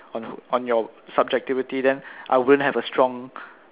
on your on your subjectivity then I won't have a strong